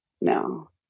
no